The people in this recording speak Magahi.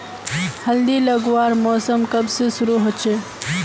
हल्दी लगवार मौसम कब से शुरू होचए?